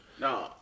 No